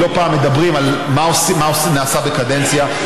כי לא פעם מדברים על מה שנעשה בקדנציה.